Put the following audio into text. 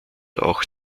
auch